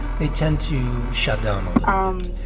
they tend to shut down a little bit.